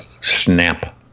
Snap